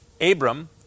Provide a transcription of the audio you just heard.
Abram